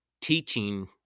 teaching